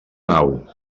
nau